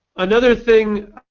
another thing,